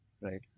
Right